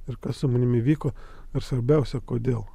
ir kas su manimi vyko ir svarbiausia kodėl